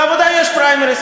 בעבודה יש פריימריז,